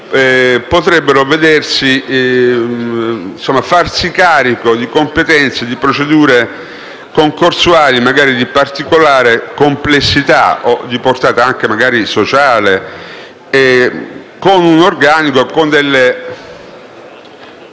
potrebbero farsi carico di competenze e di procedure concorsuali, magari di particolare complessità o portata sociale, con un organico, competenze